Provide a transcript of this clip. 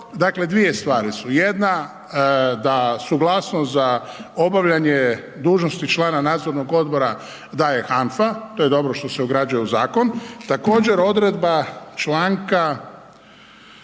dakle dvije stvari su. Jedna da suglasnost za obavljanje dužnosti člana nadzornog odbora daje HANFA, to je dobro se ugrađuje u zakon. Također odredba članka,